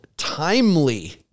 timely